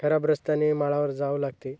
खराब रस्त्याने माळावर जावं लागते